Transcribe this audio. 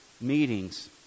meetings